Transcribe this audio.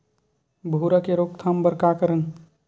भूरा के रोकथाम बर का करन?